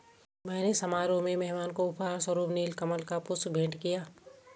मैंने समारोह में मेहमान को उपहार स्वरुप नील कमल का पुष्प भेंट किया